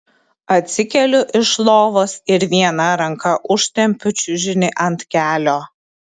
atsikeliu iš lovos ir viena ranka užtempiu čiužinį ant kelio